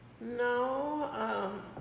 No